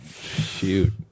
shoot